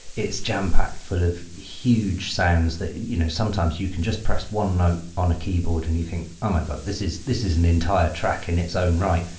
it's jam packed, full of huge sounds that you know sometimes you can just press one on a keyboard and you think, oh my god! this is this is an entire track in its own right.